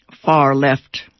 far-left